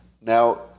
Now